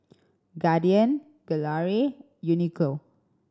Guardian Gelare Uniqlo